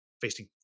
facing